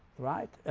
right?